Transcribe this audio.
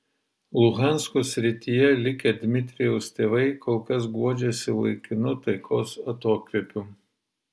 luhansko srityje likę dmitrijaus tėvai kol kas guodžiasi laikinu taikos atokvėpiu